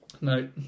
No